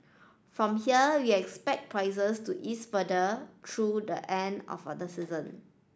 from here we expect prices to ease further through the end of other season